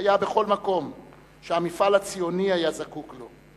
היה בכל מקום שהמפעל הציוני היה זקוק לו: